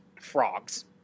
frogs